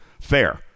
Fair